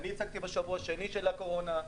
אני הצגתי בשבוע השני של הקורונה,